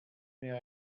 mehr